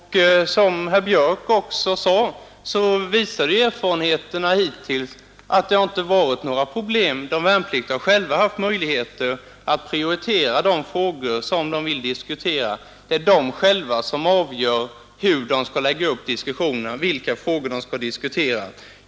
Som herr Björck också sade visar ju erfarenheterna hittills att det inte har varit några problem. De värnpliktiga har själva haft möjligheter att prioritera de frågor, som de vill diskutera. Det är de själva, som avgör hur de skall lägga upp diskussionerna, vilka frågor de skall diskutera osv.